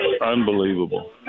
unbelievable